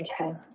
Okay